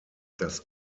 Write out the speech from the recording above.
das